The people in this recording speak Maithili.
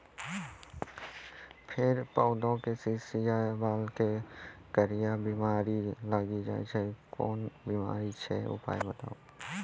फेर पौधामें शीश या बाल मे करियर बिमारी लागि जाति छै कून बिमारी छियै, उपाय बताऊ?